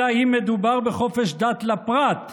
אלא אם כן מדובר בחופש דת לפרט,